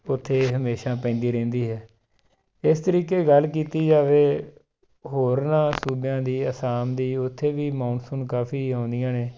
ਉੱਥੇ ਹਮੇਸ਼ਾ ਪੈਂਦੀ ਰਹਿੰਦੀ ਹੈ ਇਸ ਤਰੀਕੇ ਗੱਲ ਕੀਤੀ ਜਾਵੇ ਹੋਰਨਾਂ ਸੂਬਿਆਂ ਦੀ ਅਸਾਮ ਦੀ ਉੱਥੇ ਵੀ ਮੌਨਸੂਨ ਕਾਫ਼ੀ ਆਉਂਦੀਆਂ ਨੇ